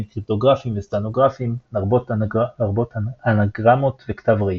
קריפטוגרפיים וסטנוגרפיים לרבות אנגרמות וכתב ראי.